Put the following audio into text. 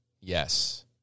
Yes